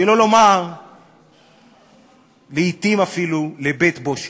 שלא לומר לעתים אפילו לבית-בושת.